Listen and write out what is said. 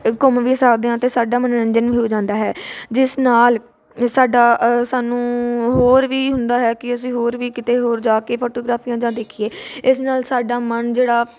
ਘੁੰਮ ਵੀ ਸਕਦੇ ਹਾਂ ਅਤੇ ਸਾਡਾ ਮਨੋਰੰਜਨ ਵੀ ਹੋ ਜਾਂਦਾ ਹੈ ਜਿਸ ਨਾਲ ਸਾਡਾ ਸਾਨੂੰ ਹੋਰ ਵੀ ਹੁੰਦਾ ਹੈ ਕਿ ਅਸੀਂ ਹੋਰ ਵੀ ਕਿਤੇ ਹੋਰ ਜਾ ਕੇ ਫੋਟੋਗ੍ਰਾਫੀਆਂ ਜਾਂ ਦੇਖੀਏ ਇਸ ਨਾਲ ਸਾਡਾ ਮਨ ਜਿਹੜਾ